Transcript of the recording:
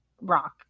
rock